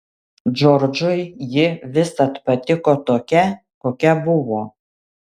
džordžui ji visad patiko tokia kokia buvo